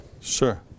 Sure